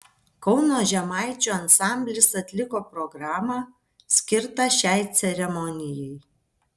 kauno žemaičių ansamblis atliko programą skirtą šiai ceremonijai